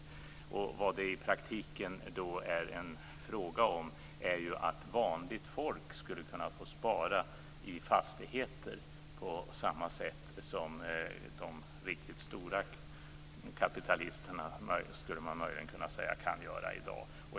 I praktiken är det en fråga om att vanligt folk skulle kunna få spara i fastigheter på samma sätt som de riktigt stora kapitalisterna i dag kan göra.